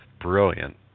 brilliant